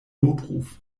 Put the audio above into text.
notruf